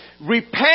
Repent